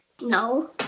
No